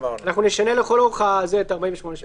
נשנה לכל אורך את ה-48 שעות.